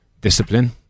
discipline